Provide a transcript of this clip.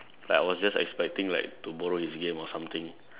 like I was just expecting like to borrow his game or something